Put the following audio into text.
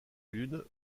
lune